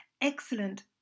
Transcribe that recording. excellent